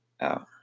out